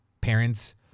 parents